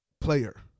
Player